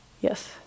Yes